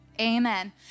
amen